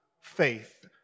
faith